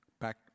Back